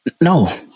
No